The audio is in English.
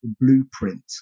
blueprint